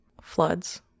floods